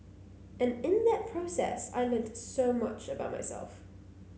and in that process I learnt so much about myself